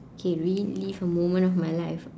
K relive a moment of my life